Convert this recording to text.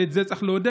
ואת זה צריך לעודד.